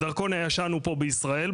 זה בדרכון שאיתו הוא נכנס ויוצא מישראל.